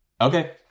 Okay